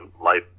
life